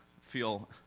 feel